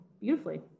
beautifully